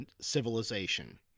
civilization